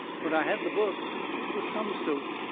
but i had the book. it was some soaked,